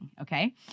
Okay